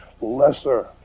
lesser